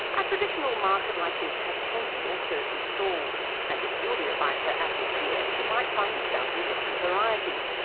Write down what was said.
a traditional market like this has twenty or thirty stalls and if you lea buys her apples here, she might find a dozen different varieties,